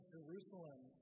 Jerusalem